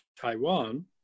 Taiwan